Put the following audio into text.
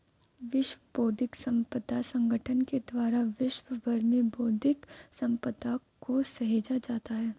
विश्व बौद्धिक संपदा संगठन के द्वारा विश्व भर में बौद्धिक सम्पदा को सहेजा जाता है